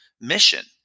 mission